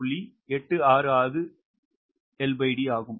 866 L D ஆகும்